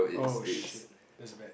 oh shit that's bad